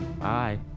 Bye